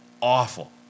Awful